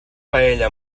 paella